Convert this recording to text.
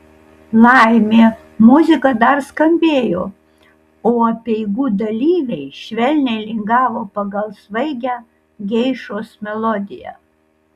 laimė muzika dar skambėjo o apeigų dalyviai švelniai lingavo pagal svaigią geišos melodiją